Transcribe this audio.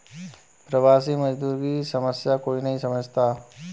प्रवासी मजदूर की समस्या कोई नहीं समझता